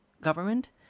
government